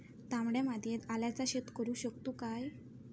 तामड्या मातयेत आल्याचा शेत करु शकतू काय?